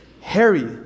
Harry